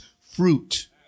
fruit